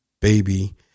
baby